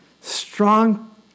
strong